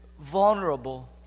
vulnerable